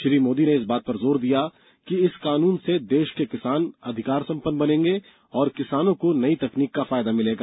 श्री मोदी ने इस बात पर जोर दिया कि इस कानुन से देश के किसान अधिकार सम्पन्न बनेंगे और किसानों को नयी तकनीकी का फायदा भी मिलेगा